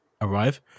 arrive